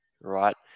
Right